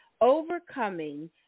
overcoming